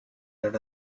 that